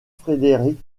frédéric